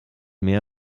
mehr